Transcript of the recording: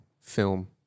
film